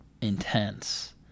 intense